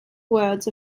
words